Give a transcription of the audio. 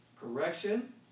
correction